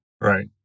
Right